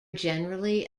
generally